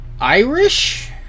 Irish